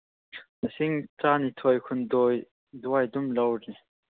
ꯂꯤꯁꯤꯡ ꯇꯔꯥꯅꯤꯊꯣꯏ ꯍꯨꯝꯗꯣꯏ ꯑꯗꯨꯋꯥꯏ ꯑꯗꯨꯝ ꯂꯧꯔꯅꯤ